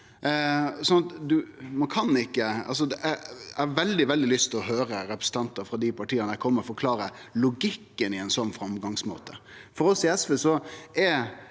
Eg har veldig, veldig lyst til å høyre representantar frå dei partia kome og forklare logikken i ein sånn framgangsmåte. For oss i SV er